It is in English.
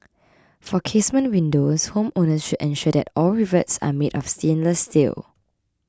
for casement windows homeowners should ensure that all rivets are made of stainless steel